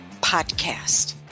podcast